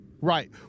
Right